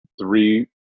three